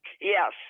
Yes